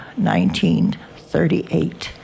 1938